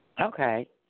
Okay